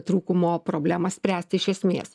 trūkumo problemą spręst iš esmės